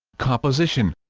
composition